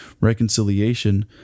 reconciliation